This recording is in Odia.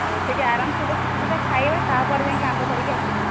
ହଉ ସେଠି ଆରାମସେ ବସିକି ଦୁଇ'ଟା ଖାଇବା ତା'ପରେ ଯାଇକି ଆମ୍ବ ଧରିକି ଆସିବା